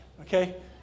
okay